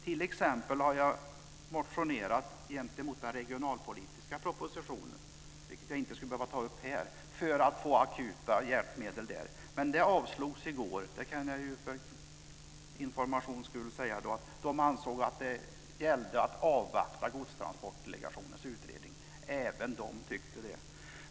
T.ex. har jag motionerat emot den regionalpolitiska propositionen, vilket jag inte skulle behöva ta upp här, för att få akuta hjälpmedel där. Men den motionen avslogs i går kan jag ju för informations skull säga; man ansåg att det gällde att avvakta Godstransportdelegationens utredning - även i det sammanhanget tyckte man det.